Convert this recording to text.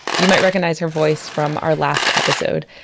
you might recognize her voice from our last episode.